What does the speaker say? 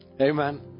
Amen